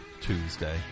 Tuesday